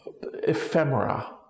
ephemera